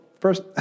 first